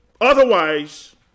Otherwise